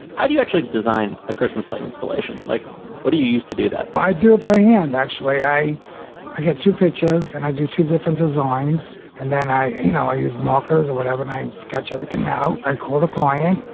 how do you actually design a christmas light installation? like what do you use to do that? i do it by hand. actually, i i get two pictures and i do two different designs. and then i you know, i use markers or whatever. nice sketch. everything. now i call the client,